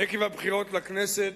עקב הבחירות לכנסת